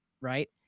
right